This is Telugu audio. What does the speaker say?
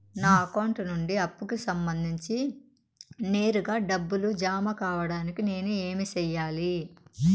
నా అకౌంట్ నుండి అప్పుకి సంబంధించి నేరుగా డబ్బులు జామ కావడానికి నేను ఏమి సెయ్యాలి?